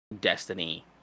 Destiny